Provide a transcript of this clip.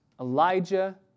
Elijah